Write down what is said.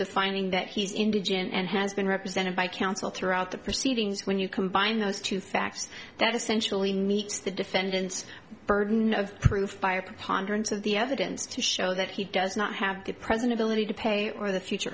the finding that he's indigent and has been represented by counsel throughout the proceedings when you combine those two factors that essentially meets the defendant's burden of proof by a preponderance of the evidence to show that he does not have to present a lady to pay or the future